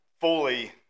fully